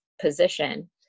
position